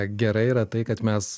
gerai yra tai kad mes